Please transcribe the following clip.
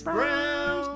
Brown